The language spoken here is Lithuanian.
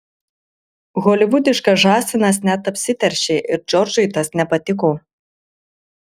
holivudiškas žąsinas net apsiteršė ir džordžui tas nepatiko